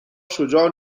شجاع